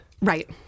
Right